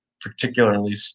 particularly